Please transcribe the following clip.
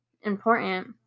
important